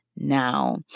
now